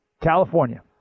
California